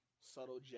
subtle